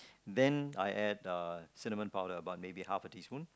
then I add uh cinnamon powder by maybe half a teaspoon